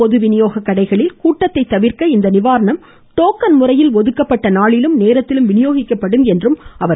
பொதுவினியோக கடைகளில் கூட்டத்தை தவிர்க்க இந்நிவாரணம் டோக்கன் முறையில் ஒதுக்கப்பட்ட நாளிலும் நேரத்திலும் வினியோகிக்கப்படும் என்றார்